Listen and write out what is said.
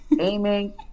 aiming